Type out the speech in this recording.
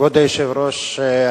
כבוד היושב-ראש,